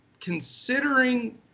considering